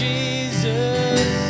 Jesus